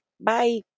Bye